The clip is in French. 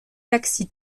taxis